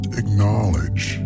acknowledge